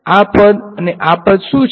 આ પદ આ પદ શું છે